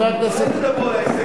לא נמאס לכם לדבר על קדימה